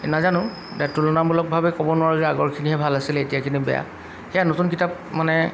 নাজানো এতিয়া তুলনামূলকভাৱে ক'ব নোৱাৰোঁ যে আগৰখিনিহে ভাল আছিলে এতিয়াখিনি বেয়া সেয়া নতুন কিতাপ মানে